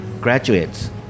graduates